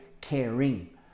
caring